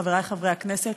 חברי חברי הכנסת,